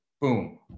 boom